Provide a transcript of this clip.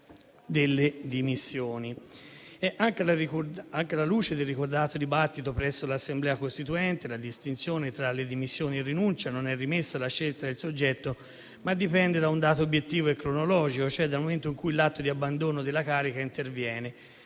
Anche alla luce del ricordato dibattito presso l'Assemblea costituente, la distinzione tra le dimissioni e la rinuncia non è rimessa alla scelta del soggetto ma dipende da un dato obiettivo e cronologico, cioè dal momento in cui l'atto di abbandono della carica interviene,